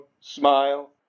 smile